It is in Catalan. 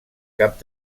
cap